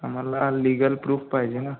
आम्हाला legal proof पाहिजे ना